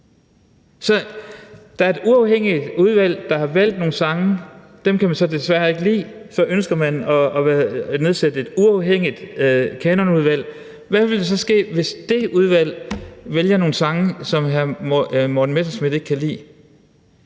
Der er et uafhængigt udvalg, der har valgt nogle sange. Dem kan man så desværre ikke lide. Så ønsker man at nedsætte et uafhængigt kanonudvalg. Hvad vil der så ske, hvis det udvalg vælger nogle sange, som hr. Morten Messerschmidt ikke kan lide?